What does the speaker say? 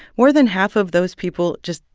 more than half of those people just,